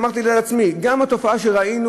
אמרתי לעצמי שגם התופעה שראינו,